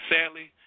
Sadly